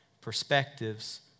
perspectives